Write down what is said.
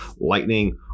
lightning